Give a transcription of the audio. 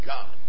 God